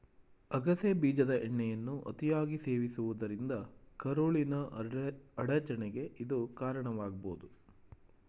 ಅಗಸೆ ಬೀಜದ ಎಣ್ಣೆಯನ್ನು ಅತಿಯಾಗಿ ಸೇವಿಸುವುದರಿಂದ ಕರುಳಿನ ಅಡಚಣೆಗೆ ಇದು ಕಾರಣವಾಗ್ಬೋದು